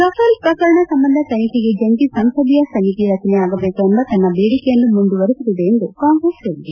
Rafale ಪ್ರಕರಣ ಸಂಬಂಧ ತನಿಖೆಗೆ ಜಂಟಿ ಸಂಸದೀಯ ಸಮಿತಿ ರಚನೆಯಾಗಬೇಕೆಂಬ ತನ್ನ ಬೇಡಿಕೆಯನ್ನು ಮುಂದುವರಿಸಲಿದೆ ಎಂದು ಕಾಂಗ್ರೆಸ್ ಹೇಳಿದೆ